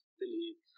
believe